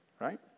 right